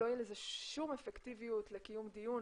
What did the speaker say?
לא תהיה לזה כל אפקטיביות לקיום דיון